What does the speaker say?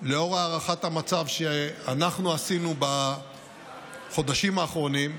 לאור הערכת המצב שאנחנו עשינו בחודשים האחרונים,